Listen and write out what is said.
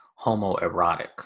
homoerotic